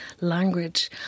language